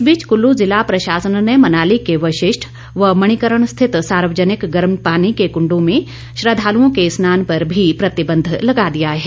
इस बीच कुल्लू जिला प्रशासन ने मनाली के वशिष्ठ व मणिकर्ण स्थित सार्वजनिक गर्म पानी के कुण्डों में श्रद्वालुओं के स्नान पर भी प्रतिबंध लगा दिया है